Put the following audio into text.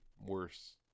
worse